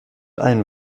allen